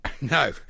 No